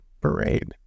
parade